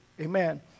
Amen